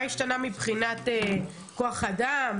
מה השתנה מבחינת כוח אדם,